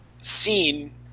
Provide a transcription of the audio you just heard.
seen